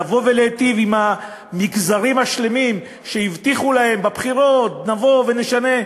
לבוא ולהיטיב עם המגזרים השלמים שהבטיחו להם בבחירות: נבוא ונשנה,